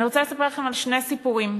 אני רוצה לספר לכם שני סיפורים.